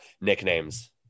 nicknames